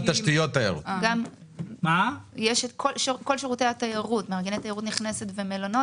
כל שירותי התיירות מארגני תיירות נכנסת ומלונות,